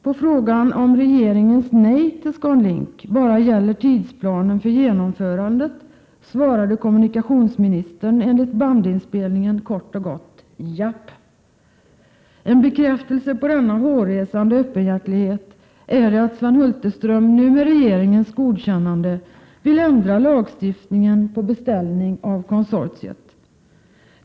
På frågan om regeringens nej till ScanLink bara gäller tidsplanen för genomförandet svarade kommunikationsministern, enligt bandinspelningen, kort och gott: ”Japp.” En bekräftelse på denna hårresande öppenhjärtighet är det att Sven Hulterström nu med regeringens godkännade vill ändra lagstiftningen på beställning av konsortiet.